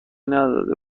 نداده